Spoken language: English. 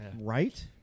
Right